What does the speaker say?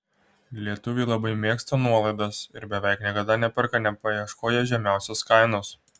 lietuviai labai mėgsta nuolaidas ir beveik niekada neperka nepaieškoję žemiausios kainos